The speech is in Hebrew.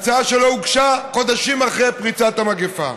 בהצעה שלא הוגשה, חודשים אחרי פריצת המגפה: